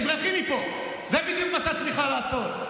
תברחי מפה, זה בדיוק מה שאת צריכה לעשות.